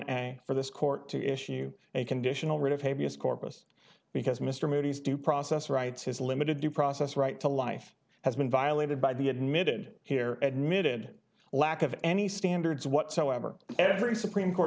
one for this court to issue a conditional writ of habeas corpus because mr moody's due process rights has limited due process right to life has been violated by the admitted here at mid lack of any standards whatsoever every supreme court